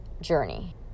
journey